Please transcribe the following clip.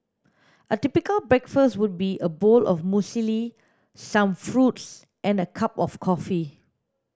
a typical breakfast would be a bowl of muesli some fruits and a cup of coffee